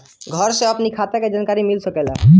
घर से अपनी खाता के जानकारी मिल सकेला?